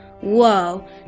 Whoa